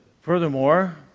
Furthermore